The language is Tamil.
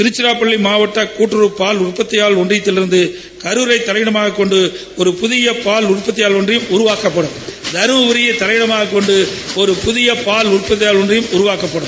திருச்சிராப்பள்ளி மாவட்ட கூட்டறவு பால் உற்பத்தியாளர் ஒன்றியத்தில் இருந்து கரூரை தலைமையிடமாக கொண்டு ஒரு புதிய பால் உற்பத்தியாளர் ஒன்றியம் ஒன்று உருவாக்கப்படும் தருமபுரிறை தலைமையிடமாக கொண்டு ஒரு புதிய பால் உற்பத்தியாளர் ஒன்றியம் உருவாக்கப்படும்